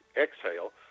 exhale